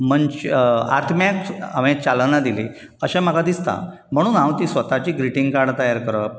मनशाक आत्म्याक हांवें चालना दिली अशें म्हाका दिसता म्हणून हांव ती स्वताची ग्रीटींग कार्डां तयार करप